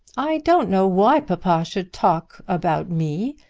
i don't know why papa should talk about me,